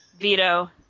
Veto